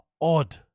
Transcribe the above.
odd